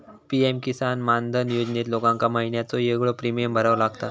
PM Kisan Maandhan योजनेत लोकांका महिन्याचो येगळो प्रीमियम भरावो लागता